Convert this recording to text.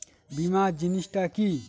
বীমা জিনিস টা কি?